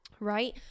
right